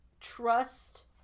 trust